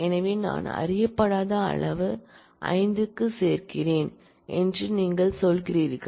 எனவே நான் அறியப்படாத அளவை 5 க்குச் சேர்க்கிறேன் என்று நீங்கள் சொல்கிறீர்கள்